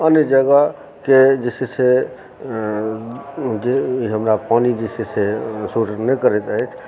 अन्य जगह के जे छै से हमरा पानि जे छै से सुट नहि करैत अछि